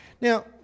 Now